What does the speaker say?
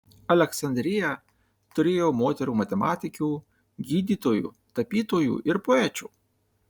aleksandrija turėjo moterų matematikių gydytojų tapytojų ir poečių